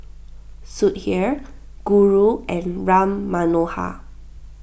Sudhir Guru and Ram Manohar